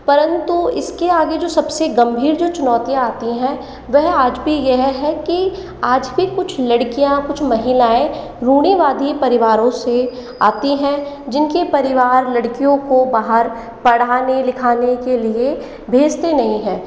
परंतु इसके आगे जो सबसे गंभीर जो चुनौतियाँ आती हैं वह आज भी यह है की आज भी कुछ लड़कियाँ कुछ महिलाऐं रूढ़िवादी परिवारों से आती हैं जिनके परिवार लड़कियों को बाहर पढ़ाने लिखाने के लिए भेजते नहीं है